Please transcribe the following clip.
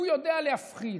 שהוא יודע להבחין.